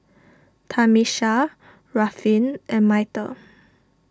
Tamisha Ruffin and Myrtle